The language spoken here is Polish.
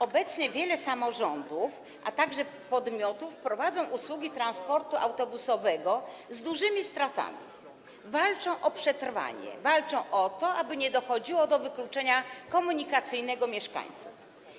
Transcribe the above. Obecnie wiele samorządów, a także podmiotów prowadzi usługi transportu autobusowego z dużymi stratami, walczy o przetrwanie, walczy o to, aby nie dochodziło do wykluczenia komunikacyjnego mieszkańców.